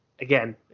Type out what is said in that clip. again